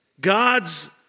God's